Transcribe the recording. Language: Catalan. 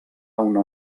una